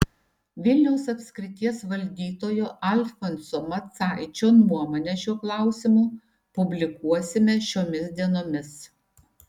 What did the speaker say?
vilniaus apskrities valdytojo alfonso macaičio nuomonę šiuo klausimu publikuosime šiomis dienomis